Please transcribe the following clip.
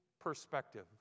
perspective